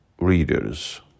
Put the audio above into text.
readers